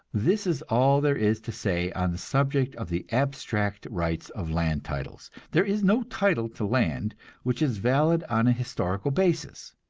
this is all there is to say on the subject of the abstract rights of land titles. there is no title to land which is valid on a historical basis.